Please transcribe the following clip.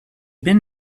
been